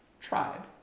tribe